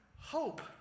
hope